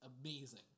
amazing